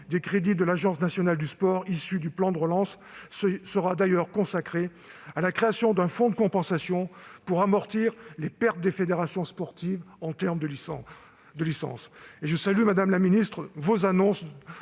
des crédits de l'Agence nationale du sport issus du plan de relance sera d'ailleurs consacrée à la création d'un fonds de compensation pour amortir les pertes des fédérations sportives en termes de licences. Je salue, madame la ministre, les mesures